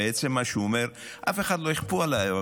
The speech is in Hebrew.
בעצם מה שהוא אומר: אף אחד לא יכפה עליי,